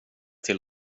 till